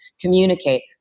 Communicate